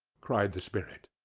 cried the spirit.